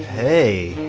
hey.